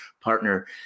partner